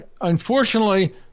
unfortunately